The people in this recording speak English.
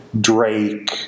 drake